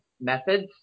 methods